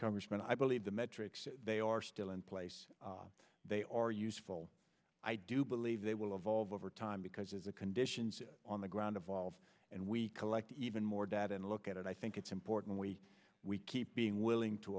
congressman i believe the metrics they are still in place they are useful i do believe they will evolve over time because if the conditions on the ground evolve and we collect even more data and look at it i think it's important we we keep being willing to